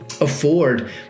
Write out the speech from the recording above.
Afford